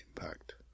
impact